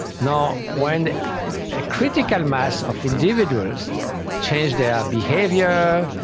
now, when a critical mass of individuals change their behaviour,